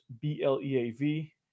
B-L-E-A-V